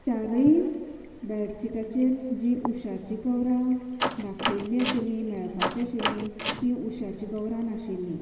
चारय बेडशीटाचेर जीं उशाचीं कवरां दाखयल्लीं आशिल्लीं मेळपाचीं आशिल्लीं तीं उशाचीं कवरां नाशिल्लीं